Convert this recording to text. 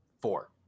four